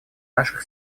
наших